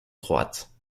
croate